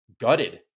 gutted